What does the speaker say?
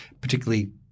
particularly –